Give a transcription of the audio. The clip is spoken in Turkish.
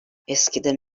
eskiden